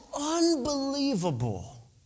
unbelievable